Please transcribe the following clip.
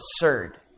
absurd